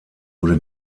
wurde